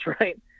right